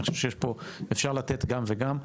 אני חושב שאפשר לתת גם וגם.